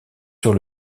sur